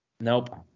Nope